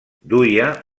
duia